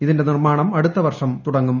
ഇതിന്റെ നിർമ്മാണം അടുത്ത വർഷം തുടങ്ങും